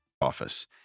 office